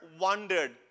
wondered